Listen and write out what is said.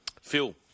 Phil